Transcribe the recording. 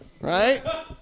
right